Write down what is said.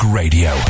radio